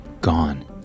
gone